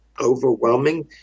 overwhelming